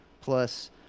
Plus